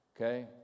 Okay